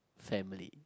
family